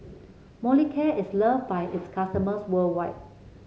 Molicare is loved by its customers worldwide